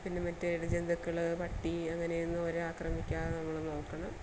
പിന്നെ മറ്റ് ഇഴ ജന്തുക്കൾ പട്ടി അങ്ങനെയൊന്നും അവരെ ആക്രമിക്കാതെ നമ്മൾ നോക്കണം